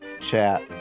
chat